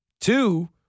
Two